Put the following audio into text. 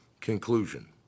conclusion